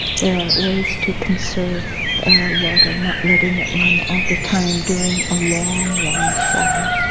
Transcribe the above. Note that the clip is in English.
there are ways to conserve water not letting it run all the time during a long, long shower.